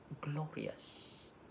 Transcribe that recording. glorious